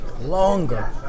longer